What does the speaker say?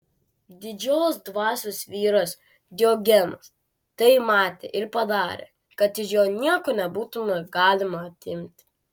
didžios dvasios vyras diogenas tai matė ir padarė kad iš jo nieko nebūtų galima atimti